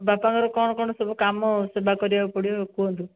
ବାପାଙ୍କର କ'ଣ କ'ଣ ସବୁ କାମ ସେବା କରିବାକୁ ପଡ଼ିବ କୁହନ୍ତୁ